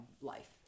life